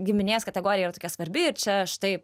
giminės kategorija yra tokia svarbi ir čia štai